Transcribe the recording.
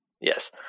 Yes